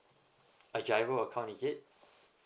a G_I_R_O account is it